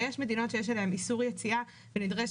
יש מדינות שיש איסור יציאה אליהן ונדרש